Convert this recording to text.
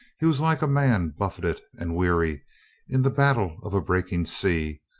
he was like a man buffeted and weary in the battle of a breaking sea,